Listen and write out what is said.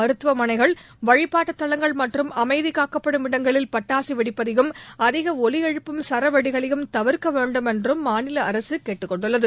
மருத்துவமனைகள் வழிபாட்டுத் தலங்கள் மற்றும் அமைதி காக்கப்படும் இடங்களில் பட்டாசு வெடிப்பதையும் அதிக ஒலி எழுப்பும் சரவெடிகளையும் தவிர்க்க வேண்டுமென்றும் மாநில அரசு கேட்டுக் கொண்டுள்ளது